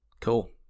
Cool